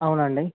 అవునండి